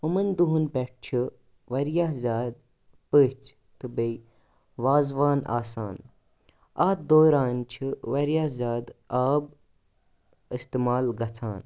یِمَن دۄہَن پٮ۪ٹھ چھِ واریاہ زیادٕ پٔژھۍ تہٕ بیٚیہِ وازوان آسان اَتھ دوران چھِ واریاہ زیادٕ آب اِستِمال گژھان